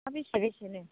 बेसे बेसेनो